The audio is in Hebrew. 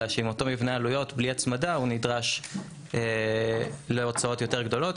אלא שעם אותו מבנה עלויות בלי הצמדה הוא נדרש להוצאות גדולות יותר,